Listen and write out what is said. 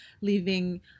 leaving